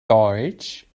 deutsch